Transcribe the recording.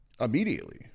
immediately